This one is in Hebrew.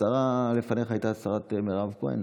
השרה לפניך הייתה השר מירב כהן.